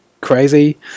crazy